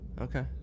Okay